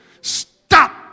Stop